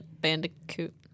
Bandicoot